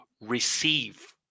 receive